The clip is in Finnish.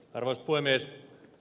arvoisa puhemies